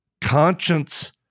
conscience